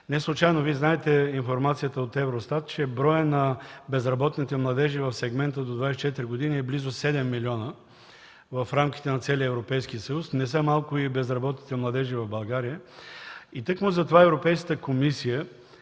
проблем. Вие знаете информацията от Евростат, че броят на безработните младежи в сегмента до 24 години е близо 7 милиона в рамките на целия Европейския съюз. Не са малко и безработните младежи в България. Тъкмо затова Европейската комисия,